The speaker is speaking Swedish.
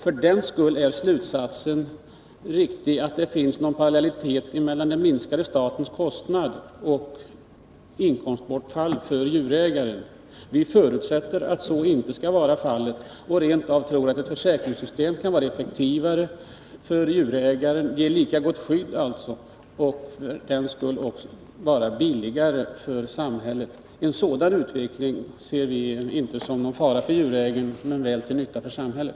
För den skull är slutsatsen riktig att det finns någon parallellitet mellan en minskning av statens kostnad och inkomstbortfall för djurägaren. Vi förutsätter att så inte skall vara fallet, och vi tror rent av att ett försäkringssystem kan ge lika gott skydd åt djurägaren och även bli billigare för samhället. En sådan utveckling ser vi inte som någon fara för djurägaren, och det kan bli till nytta för samhället.